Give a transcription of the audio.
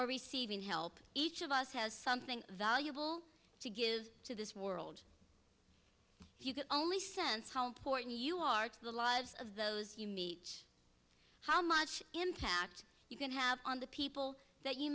or receiving help each of us has something valuable to give to this world if you could only sense how important you are to the lives of those you meet each how much impact you can have on the people that you